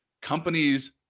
Companies